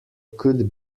could